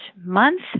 month